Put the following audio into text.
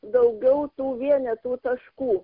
daugiau tų vienetų taškų